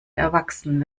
erwachsen